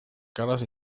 cares